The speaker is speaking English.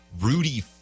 Rudy